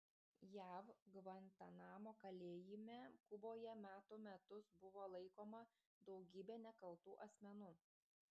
jav gvantanamo kalėjime kuboje metų metus buvo laikoma daugybė nekaltų asmenų